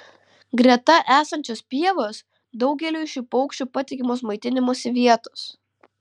greta esančios pievos daugeliui šių paukščių patikimos maitinimosi vietos